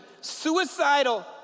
suicidal